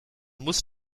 muss